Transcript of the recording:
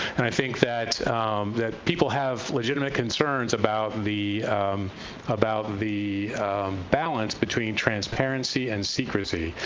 and i think that that people have legitimate concerns about the about the balance between transparency and secrecy.